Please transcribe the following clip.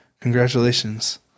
congratulations